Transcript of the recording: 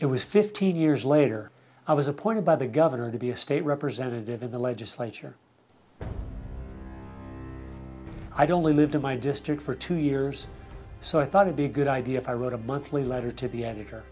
it was fifteen years later i was appointed by the governor to be a state representative in the legislature i don't lived in my district for two years so i thought to be a good idea if i wrote a monthly letter to the editor